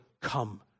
come